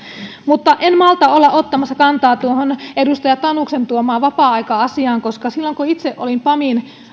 mutta en malta olla ottamatta kantaa tuohon edustaja tanuksen tuomaan vapaa aika asiaan koska silloin kun itse olin pamin